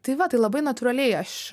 tai va tai labai natūraliai aš